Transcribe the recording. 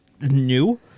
new